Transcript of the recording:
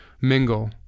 mingle